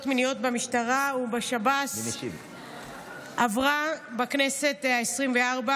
מיניות במשטרה ובשב"ס עברה בכנסת העשרים-וארבע